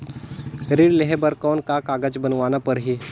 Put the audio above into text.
ऋण लेहे बर कौन का कागज बनवाना परही?